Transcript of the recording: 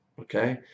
okay